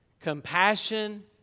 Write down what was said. Compassion